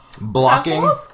blocking